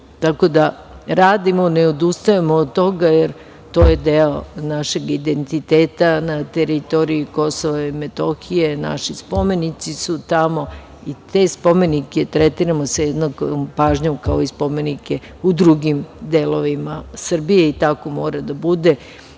da radimo, ne odustajemo od toga, jer to je deo našeg identiteta na teritoriji KiM. Naši spomenici su tamo i te spomenike tretiramo sa jednakom pažnjom, kao i spomenike u drugim delovima Srbije i tako mora da bude.